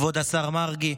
כבוד השר מרגי,